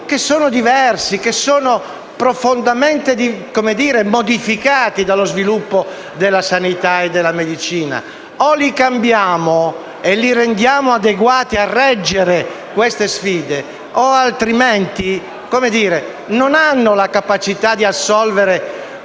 che sono diversi e profondamente modificati dallo sviluppo della sanità e della medicina. Se non li cambiamo e li rendiamo adeguati a reggere queste sfide, non avranno la capacità di assolvere